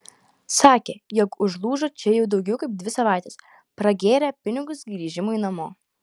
sakė jog užlūžo čia jau daugiau kaip dvi savaites pragėrė pinigus grįžimui namo